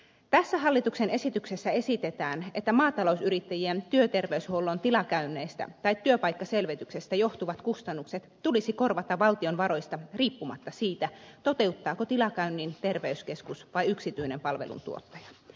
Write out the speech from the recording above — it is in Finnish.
tässä hallituksen esityksessä esitetään että maatalousyrittäjien työterveyshuollon tilakäynneistä tai työpaikkaselvityksistä johtuvat kustannukset tulisi korvata valtion varoista riippumatta siitä toteuttaako tilakäynnin terveyskeskus vai yksityinen palveluntuottaja